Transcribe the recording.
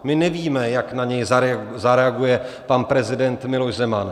My nevíme, jak na něj zareaguje pan prezident Miloš Zeman.